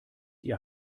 ihr